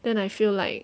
then I feel like